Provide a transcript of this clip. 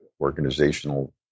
organizational